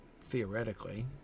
Theoretically